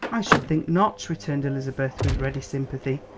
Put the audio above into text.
i should think not! returned elizabeth, with ready sympathy.